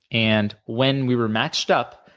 and when we were matched up,